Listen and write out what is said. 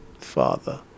father